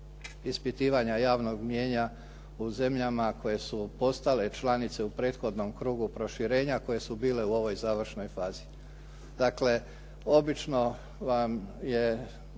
ispitivanja javnog mijenja u zemljama koje su postale članice u prethodnom krugu proširenja koje su bile u ovoj završnoj fazi.